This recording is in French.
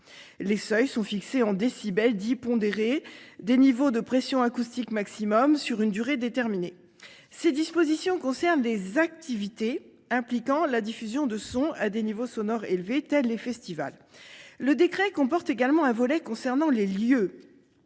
Les seuils sont fixés en décibels dits pondérés, des niveaux de pression acoustique maximum sur une durée déterminée. Ces dispositions concernent des activités impliquant la diffusion de sons à des niveaux sonores élevés tels les festivals. Le décret comporte également un volet concernant les lieux